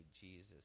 Jesus